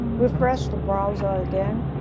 refresh the browser again,